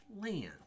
land